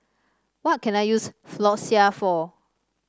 what can I use Floxia for